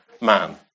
man